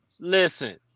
Listen